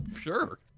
Sure